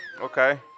Okay